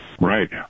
Right